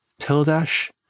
Pildash